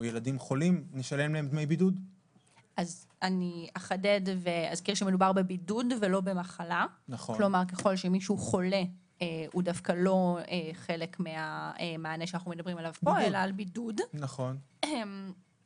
השעה 11:50. הצעת צו התכנית לסיוע כלכלי (נגיף הקורונה החדש)